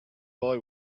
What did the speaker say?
boy